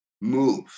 move